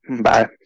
bye